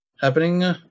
happening